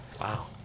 Wow